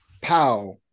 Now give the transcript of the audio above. pow